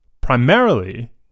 primarily